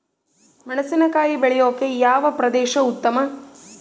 ಮೆಣಸಿನಕಾಯಿ ಬೆಳೆಯೊಕೆ ಯಾವ ಪ್ರದೇಶ ಉತ್ತಮ?